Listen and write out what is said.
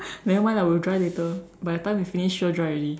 nevermind lah it will dry later by the time we finish sure dry already